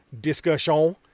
discussion